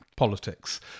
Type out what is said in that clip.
politics